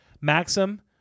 Maxim